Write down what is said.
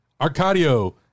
Arcadio